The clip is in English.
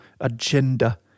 agenda